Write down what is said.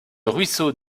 ruisseau